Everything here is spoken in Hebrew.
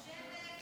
איפה השר?